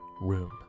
room